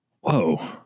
whoa